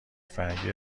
فرنگی